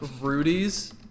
Rudy's